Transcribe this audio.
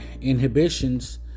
inhibitions